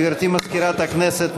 גברתי מזכירת הכנסת,